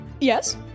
Yes